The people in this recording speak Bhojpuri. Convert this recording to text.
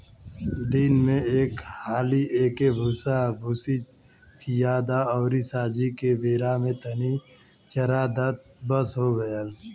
दिन में एक हाली एके भूसाभूसी खिया द अउरी सांझी के बेरा में तनी चरा द बस हो गईल